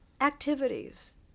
activities